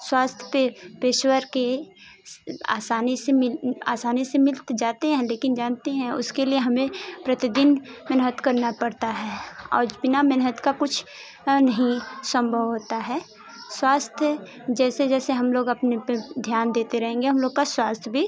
स्वास्थय पर पेश्वर के आसानी से मिल आसानी से मिल तो जाते हैं लेकिन जानती हैं उसके लिए हमें प्रतिदिन मेहनत करना पड़ता है और बिना मेहनत का कुछ नहीं सम्भव होता है स्वास्थय जैसे जैसे हम लोग अपने अपने ध्यान देते रहेंगे हम लोग का स्वास्थय भी